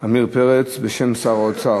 עמיר פרץ, בשם שר האוצר.